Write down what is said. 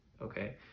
Okay